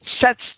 sets